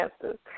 answers